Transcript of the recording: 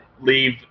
leave